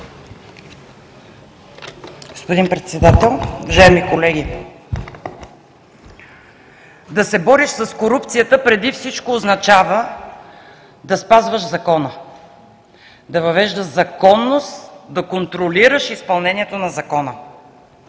Господин Председател, уважаеми колеги! Да се бориш с корупцията преди всичко означава да спазваш закона, да въвеждаш законност, да контролираш изпълнението на закона.